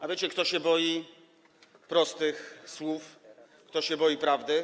A wiecie, kto się boi prostych słów, kto się boi prawdy?